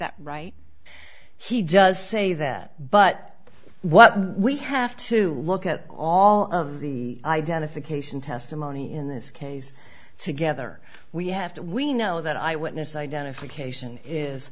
that right he does say that but what we have to look at all of the identification testimony in this case together we have to we know that eyewitness identification